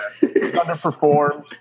Underperformed